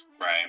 Right